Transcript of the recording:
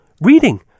reading